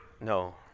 No